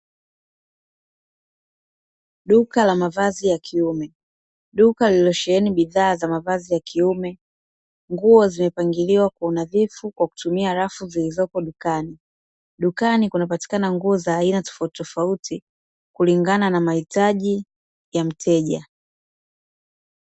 Duka la mavazi ya kiume. Duka lililosheheni bidhaa za mavazi ya kiume. Nguo zimepangiliwa kwa unadhifu kwa kutumia rafu zilizopo dukani. Dukani kunapatikana nguo za aina tofautitofauti, kulingana na mahitaji ya mteja.